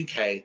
UK